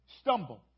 stumble